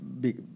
big